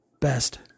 best